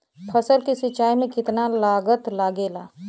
फसल की सिंचाई में कितना लागत लागेला?